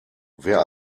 wer